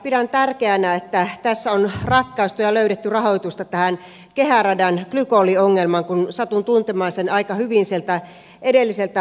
pidän tärkeänä että tässä on ratkaistu ja löydetty rahoitusta tähän kehäradan glykoliongelmaan kun satun tuntemaan sen aika hyvin sieltä edelliseltä vaalikaudelta